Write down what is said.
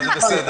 אבל בסדר.